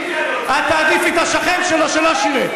את תעדיפי את השכן שלו שלא שירת.